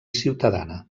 ciutadana